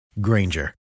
Granger